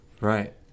Right